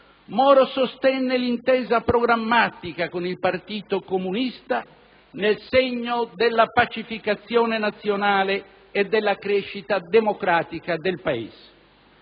Moro sostenne l'intesa programmatica con il Partito comunista nel segno della pacificazione nazionale e della crescita democratica del Paese.